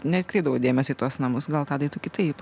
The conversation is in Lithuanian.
neatkreipdavau dėmesio į tuos namus gal tadai tu kitaip